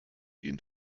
ihn